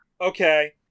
Okay